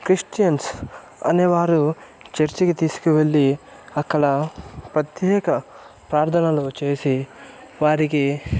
Christians అనేవారు church కి తీసుకువెళ్లి అక్కడ ప్రత్యేక ప్రార్థనలు చేసి వారికి